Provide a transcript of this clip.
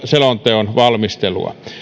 selonteon valmistelua